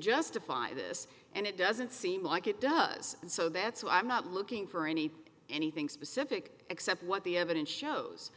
justify this and it doesn't seem like it does so that's why i'm not looking for any anything specific except what the evidence shows